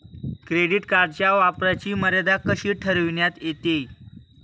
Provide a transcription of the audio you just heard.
Credit कार्डच्या वापराची मर्यादा कशी ठरविण्यात येते?